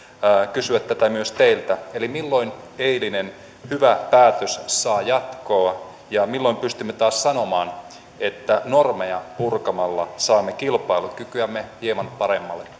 kysyä tätä myös teiltä eli milloin eilinen hyvä päätös saa jatkoa ja milloin pystymme taas sanomaan että normeja purkamalla saamme kilpailukykyämme hieman paremmalle